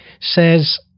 says